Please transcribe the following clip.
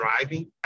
driving